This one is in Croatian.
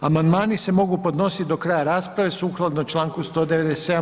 Amandmani se mogu podnositi do kraja rasprave, sukladno članku 197.